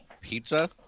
Pizza